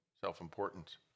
self-importance